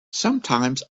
sometimes